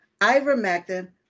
ivermectin